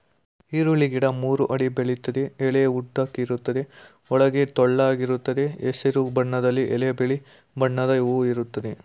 ಈರುಳ್ಳಿ ಗಿಡ ಮೂರು ಅಡಿ ಬೆಳಿತದೆ ಎಲೆ ಉದ್ದಕ್ಕಿರುತ್ವೆ ಒಳಗೆ ಟೊಳ್ಳಾಗಿರ್ತವೆ ಹಸಿರು ಬಣ್ಣದಲ್ಲಿ ಎಲೆ ಬಿಳಿ ಬಣ್ಣದ ಹೂ ಇರ್ತದೆ